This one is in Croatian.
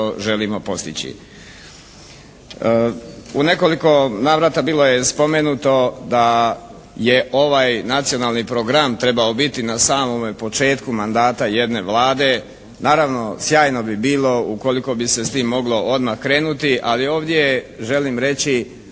U nekoliko navrata bilo je spomenuto da je ovaj Nacionalni program trebao biti na samome početku mandata jedne Vlade. Naravno sjajno bi bilo ukoliko bi se s tim moglo odma krenuti. Ali ovdje želim reći